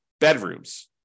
bedrooms